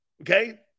Okay